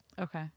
okay